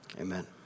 Amen